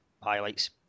Highlights